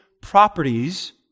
properties